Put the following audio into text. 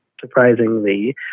Surprisingly